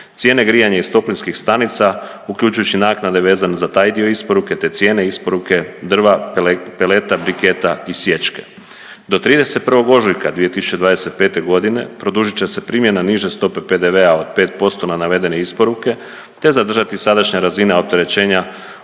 Cijene grijanja iz toplinskih stanica uključivši naknade vezane za taj dio isporuke te cijene isporuke drva, peleta, briketa i sječke. To 31. ožujka 2025. g. produžit će se primjena niže stope PDV-a od 5% na navedene isporuke te zadržati sadašnja razina opterećenja,